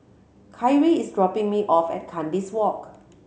Khari is dropping me off at Kandis Walk